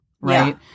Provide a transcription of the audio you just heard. Right